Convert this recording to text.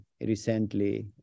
recently